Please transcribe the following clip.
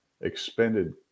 expended